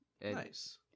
Nice